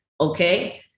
Okay